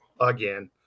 again